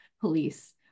police